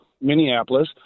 Minneapolis